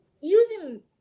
using